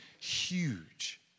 huge